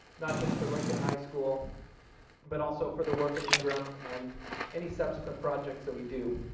not just for lincoln high school but also for the work at ingraham and any subsequent projects that we do.